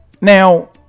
Now